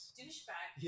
douchebag